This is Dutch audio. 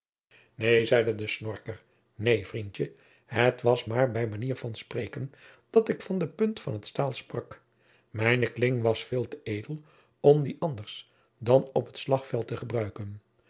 neen zeide de snorker neen vriendje het was maar bij manier van spreken dat ik van de punt van t staal sprak mijne kling was veel te edel om die anders dan op het slagveld te gebruiken